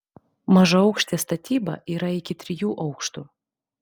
mažaaukštė statyba yra iki trijų aukštų